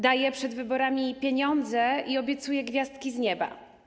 Daje przed wyborami pieniądze i obiecuje gwiazdki z nieba.